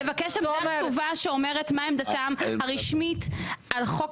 לבקש עמדה כתובה שאומרת מה עמדתם הרשמית על חוק